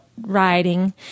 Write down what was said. riding